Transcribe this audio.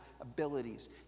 abilities